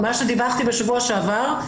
מה שדיווחתי בשבוע שעבר,